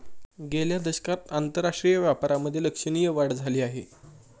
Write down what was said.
गेल्या दशकात आंतरराष्ट्रीय व्यापारामधे लक्षणीय वाढ झाली आहे